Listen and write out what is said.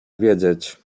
wiedzieć